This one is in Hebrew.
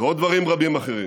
ועוד דברים רבים אחרים